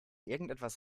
irgendetwas